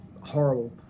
horrible